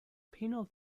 penal